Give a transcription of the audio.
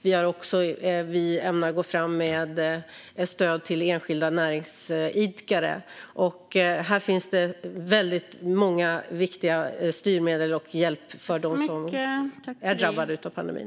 Vi ämnar också gå fram med stöd till enskilda näringsidkare. Här finns det många viktiga styrmedel och olika former av hjälp för dem som har drabbats av pandemin.